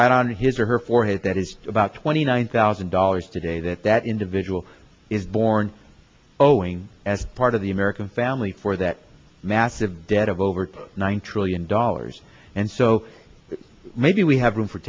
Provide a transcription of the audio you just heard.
right on his or her forehead that is about twenty nine thousand dollars today that that individual is born owing as part of the american family for that massive debt of over one trillion dollars and so maybe we have room for